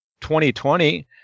2020